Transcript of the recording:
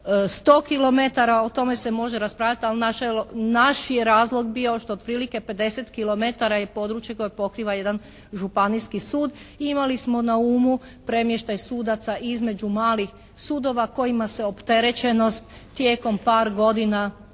O tome se može raspravljati, ali naš je razlog bio što otprilike 50 kilometara je područje koje pokriva jedan županijski sud. Imali smo na umu premještaj sudaca između malih sudova kojima se opterećenost tijekom par godina